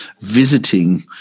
visiting